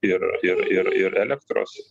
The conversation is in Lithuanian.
ir ir ir ir elektros